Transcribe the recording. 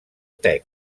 tec